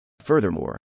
Furthermore